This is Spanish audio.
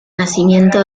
nacimiento